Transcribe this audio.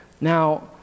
Now